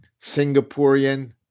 Singaporean